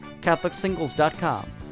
CatholicSingles.com